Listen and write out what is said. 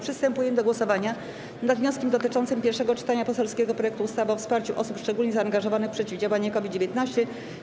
Przystępujemy do głosowania nad wnioskiem dotyczącym pierwszego czytania poselskiego projektu ustawy o wsparciu osób szczególnie zaangażowanych w przeciwdziałanie COVID-19.